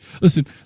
Listen